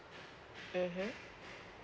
mmhmm